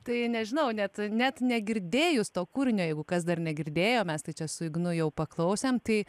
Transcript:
tai nežinau net net negirdėjus to kūrinio jeigu kas dar negirdėjo mes tai čia su ignu jau paklausėm tai